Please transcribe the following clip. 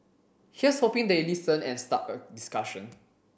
here's hoping they listen and start a discussion